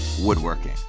Woodworking